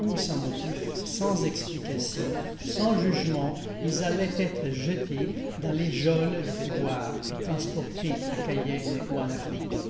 où sans motif sans explication sans jugement ils allaient être jetés dans les geôles du pouvoir et transportés à cayenne ou en frique